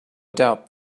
doubt